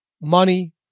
money